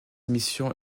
mission